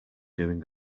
doing